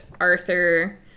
Arthur